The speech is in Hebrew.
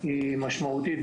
היא משמעותית,